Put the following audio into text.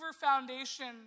Foundation